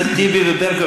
חברי הכנסת טיבי וברקו,